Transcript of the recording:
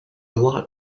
lot